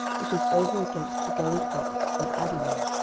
which is over against the going up of adummim,